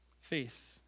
faith